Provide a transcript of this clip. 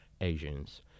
Asians